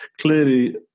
clearly